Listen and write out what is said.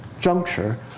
juncture